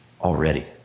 already